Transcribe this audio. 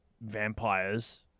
vampires